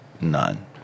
none